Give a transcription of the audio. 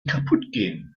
kaputtgehen